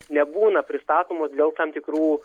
nebūna pristatomos dėl tam tikrų